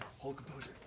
hold composure.